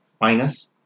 minus